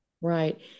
right